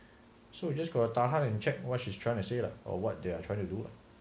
so you just got to tahan and check what she's trying to say lah or what they are trying to do